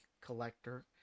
collector